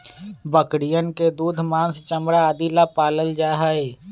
बकरियन के दूध, माँस, चमड़ा आदि ला पाल्ल जाहई